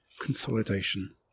Consolidation